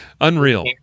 Unreal